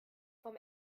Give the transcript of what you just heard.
vom